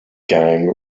gang